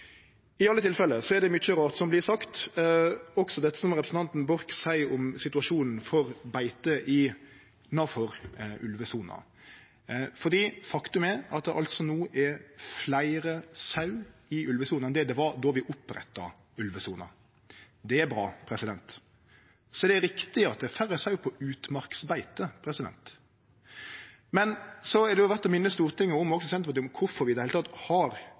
I alle tilfelle er det mykje rart som vert sagt, også dette som representanten Borch seier om situasjonen for beite innanfor ulvesona. For faktum er at det no er fleire sau i ulvesona enn det det var då vi oppretta ulvesona. Det er bra. Så er det riktig at det er færre sau på utmarksbeite, men då er det verdt å minne Stortinget, og også Senterpartiet, om kvifor vi i det heile har